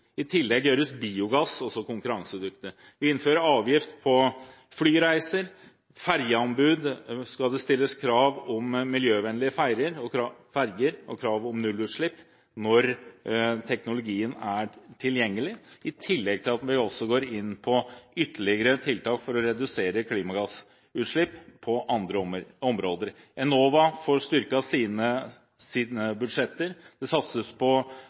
I tillegg gjøres biogass også konkurransedyktig. Vi innfører avgift på flyreiser. Ferjeanbud: Det skal stilles krav om miljøvennlige ferjer og krav om nullutslipp når teknologien er tilgjengelig, i tillegg til at vi også går inn på ytterligere tiltak for å redusere klimagassutslipp på andre områder. Enova får styrket sine budsjetter, det satses på